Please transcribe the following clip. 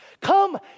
come